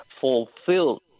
fulfilled